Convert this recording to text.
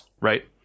Right